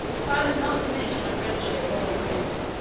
time has not diminished my friendship more than his.